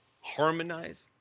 Harmonize